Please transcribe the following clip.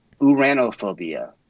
uranophobia